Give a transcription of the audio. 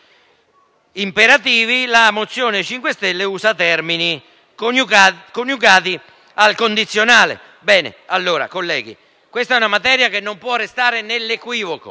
termini imperativi, la mozione dei 5 Stelle usa verbi coniugati al condizionale. Colleghi, questa è una materia che non può restare nell'equivoco,